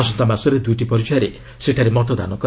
ଆସନ୍ତା ମାସରେ ଦୁଇଟି ପର୍ଯ୍ୟାୟରେ ସେଠାରେ ମତଦାନ ହେବ